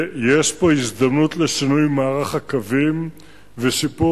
יש פה הזדמנות לשינוי מערך הקווים ולשיפור